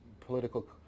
political